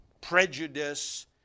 prejudice